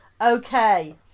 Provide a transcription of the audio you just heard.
Okay